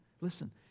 Listen